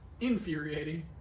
infuriating